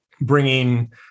bringing